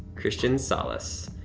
christian solace.